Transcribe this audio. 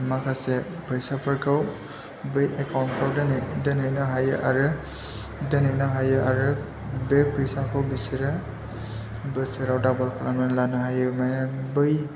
माखासे फैसाफोरखौ बै एकाउन्टफोराव दोनहैनो हायो आरो बे फैसाखौ बिसोरो बोसोराव दाबोल खालामनानै लानो हायो माने बै